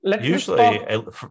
usually